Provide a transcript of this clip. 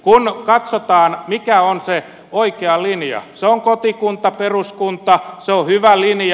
kun katsotaan mikä on se oikea linja se on kotikunta peruskunta se on hyvä linja